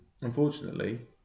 unfortunately